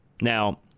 Now